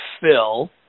Phil